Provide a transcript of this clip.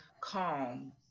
calm